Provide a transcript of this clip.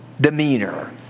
demeanor